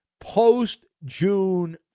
post-June